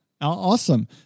Awesome